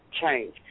change